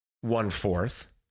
one-fourth